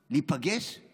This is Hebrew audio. לטייבה להיפגש עם